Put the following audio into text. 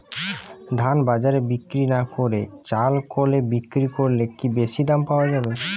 ধান বাজারে বিক্রি না করে চাল কলে বিক্রি করলে কি বেশী দাম পাওয়া যাবে?